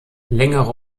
längere